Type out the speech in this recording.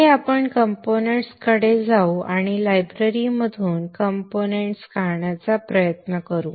पुढे आपण कंपोनेंट्स कडे जाऊ आणि लायब्ररीमधून कंपोनेंट्स काढण्याचा प्रयत्न करू